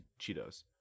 cheetos